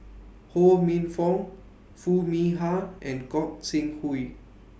Ho Minfong Foo Mee Har and Gog Sing Hooi